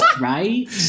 right